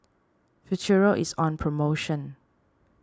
Futuro is on promotion